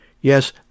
Yes